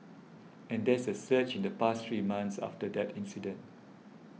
and there's a surge in the past three months after that incident